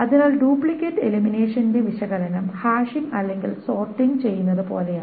അതിനാൽ ഡ്യൂപ്ലിക്കേറ്റ് എലിമിനേഷന്റെ വിശകലനം ഹാഷിംഗ് അല്ലെങ്കിൽ സോർട്ടിങ് ചെയ്യുന്നതുപോലെയാണ്